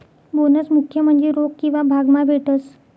bonus मुख्य म्हन्जे रोक किंवा भाग मा भेटस